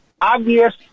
obvious